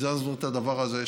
הזזנו את הדבר הזה,